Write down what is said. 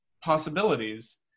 possibilities